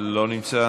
אינו נוכח,